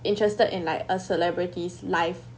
interested in like a celebrity's life